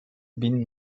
bin